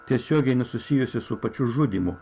tiesiogiai nesusijusio su pačiu žudymu